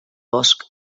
bosc